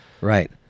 Right